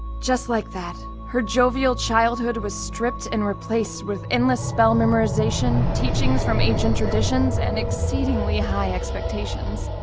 just like that, her jovial childhood was stripped and replaced with endless spell memorization, teachings from ancient traditions, and exceedingly high expectations.